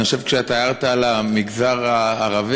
כשהערת על המגזר הערבי,